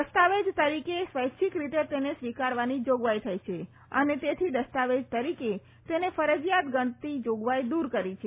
દસ્તાવેજ તરીકે સ્વૈચ્છિક રીતે તેને સ્વીકારવાની જોગવાઈ થઈ છે અને તેથી દસ્તાવેજ તરીકે તેને ફરજિયાત ગણતી જોગવાઈ દૂર કરી છે